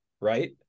right